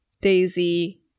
daisy